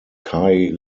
kay